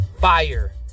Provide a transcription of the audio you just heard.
Fire